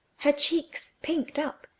her cheeks pinked up,